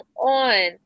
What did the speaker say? on